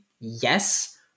Yes